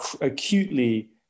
acutely